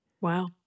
Wow